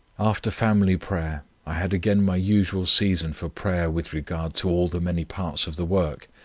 after family prayer i had again my usual season for prayer with regard to all the many parts of the work,